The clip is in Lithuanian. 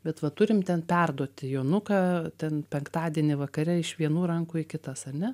bet va turim ten perduoti jonuką ten penktadienį vakare iš vienų rankų į kitas ar ne